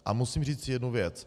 A musím říci jednu věc.